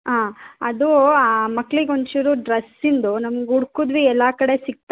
ಆಂ ಅದು ಮಕ್ಳಿಗೆ ಒಂಚೂರು ಡ್ರಸ್ಸಿಂದು ನಮ್ಗೆ ಹುಡ್ಕಿದ್ವಿ ಎಲ್ಲ ಕಡೆ ಸಿಗ್ತಾ ಇಲ್ಲ